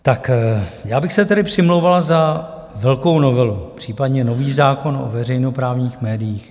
Tak já bych se tedy přimlouval za velkou novelu, případně nový zákon o veřejnoprávních médiích.